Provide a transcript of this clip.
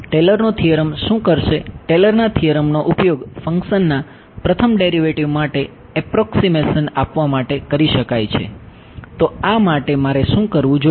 ટેલરનો theorem શું કરશે ટેલરના થિયરમનો ઉપયોગ ફંક્શનના પ્રથમ ડેરિવેટિવ માટે એપ્રોક્સીમેશન આપવા માટે કરી શકાય છે તો આ માટે મારે શું કરવું જોઈએ